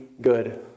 good